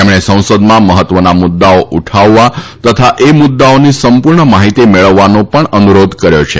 તેમણે સંસદમાં મહત્વના મુદ્દાઓ ઉઠાવવા તથા એ મુદ્દાઓની સંપૂર્ણ માહિતી મેળવવાનો પણ અનુરોધ કર્યો છે